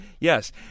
Yes